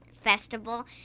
festival